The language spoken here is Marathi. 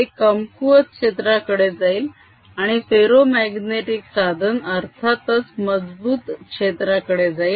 ते कमकुवत क्षेत्राकडे जाईल आणि फेरोमाग्नेटीक साधन अर्थातच मजबूत क्षेत्राकडे जाईल